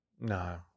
No